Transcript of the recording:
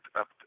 up